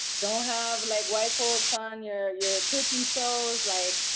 don't have, like, white folks on your your cooking shows. like,